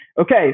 okay